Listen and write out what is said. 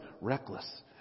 reckless